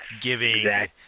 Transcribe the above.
giving